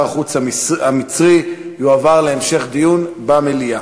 החוץ המצרי יועבר להמשך דיון במליאה.